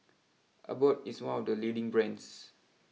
Abbott is one of the leading brands